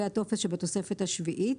הטופס שבתוספת השביעית.